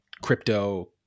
crypto